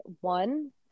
one